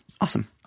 Awesome